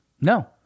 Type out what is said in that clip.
No